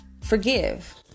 forgive